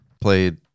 played